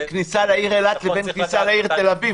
מה ההבדל בין כניסה לעיר אילת לבין כניסה לעיר תל אביב?